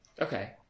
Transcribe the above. Okay